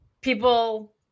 people